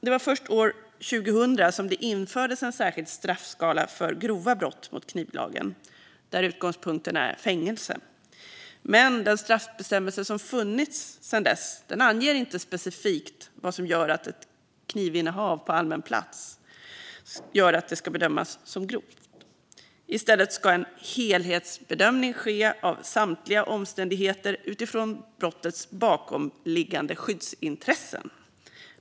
Det var först år 2000 som det infördes en särskild straffskala för grova brott mot knivlagen, där utgångspunkten är fängelse. Men den straffbestämmelse som har funnits sedan dess anger inte specifikt vad som gör att ett knivinnehav på allmän plats ska bedömas som grovt. I stället ska en helhetsbedömning göras av samtliga omständigheter utifrån brottets bakomliggande skyddsintressen.